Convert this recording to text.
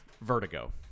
vertigo